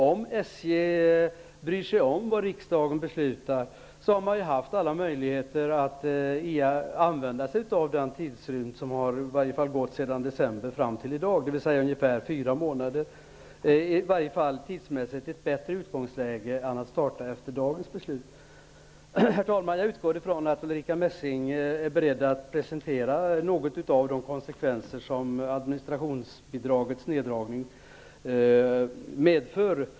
Om SJ bryr sig om riksdagens beslut, har man haft alla möjligheter att utnyttja den tidsrymd som har gått från december och fram till i dag, dvs. ungefär fyra månader. Det är i varje fall tidsmässigt ett bättre utgångsläge än vad det skulle vara att starta efter det beslut som vi nu kommer att fatta. Herr talman! Jag utgår från att Ulrica Messing är beredd att redogöra för några av de konsekvenser som administrationsbidragets neddragning medför.